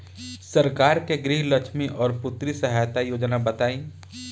सरकार के गृहलक्ष्मी और पुत्री यहायता योजना बताईं?